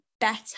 better